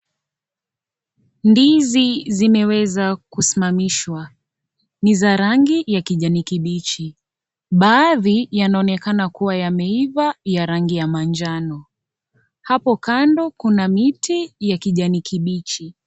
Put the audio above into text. Ndizi zimeweza kusimamishwa, ni za rangi ya kijani kibichi. Baadhi yanaonekana kuwa yameiva ya rangi ya manjano. Hapo kando kuna miti ya kijani kibichi.